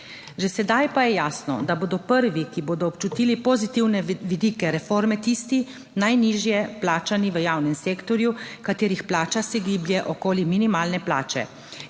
Že sedaj pa je jasno, da bodo prvi, ki bodo občutili pozitivne vidike reforme, tisti najnižje plačani v javnem sektorju, katerih plača se giblje okoli minimalne plače.